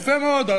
יפה מאוד.